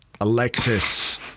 Alexis